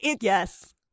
Yes